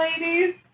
ladies